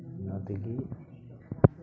ᱚᱱᱟ ᱛᱮᱜᱮ